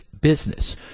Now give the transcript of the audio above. business